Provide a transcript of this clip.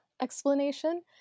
explanation